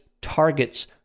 targets